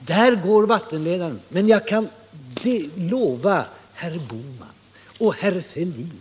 Där går vattendelaren. Jag kan lova herr Bohman, herr Fälldin,